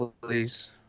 please